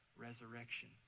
resurrection